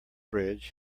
bridge